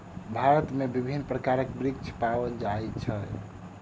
भारत में विभिन्न प्रकारक वृक्ष पाओल जाय छै